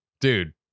Dude